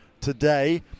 today